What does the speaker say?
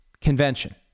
convention